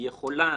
היא יכולה,